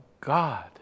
God